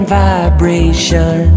vibration